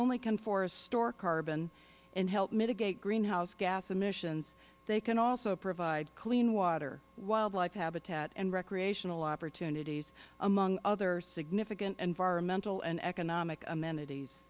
only can forests store carbon and help mitigate greenhouse gas emissions they can also provide clean water wildlife habitat and recreational opportunities among other significant environmental and economic amenities